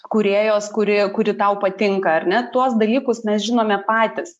kūrėjos kuri kuri tau patinka ar ne tuos dalykus mes žinome patys